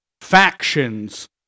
factions